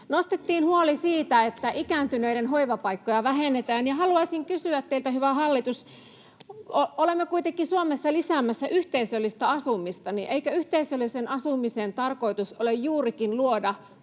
Nostettiin huoli siitä, että ikääntyneiden hoivapaikkoja vähennetään, ja haluaisin kysyä teiltä, hyvä hallitus: Olemme kuitenkin Suomessa lisäämässä yhteisöllistä asumista. Eikö yhteisöllisen asumisen tarkoitus ole juurikin luoda